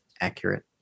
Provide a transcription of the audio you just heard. Accurate